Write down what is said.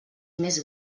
més